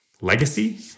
Legacy